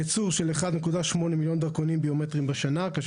ייצור של 1.8 מיליון דרכונים ביומטריים בשנה כאשר